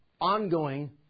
ongoing